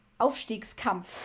Aufstiegskampf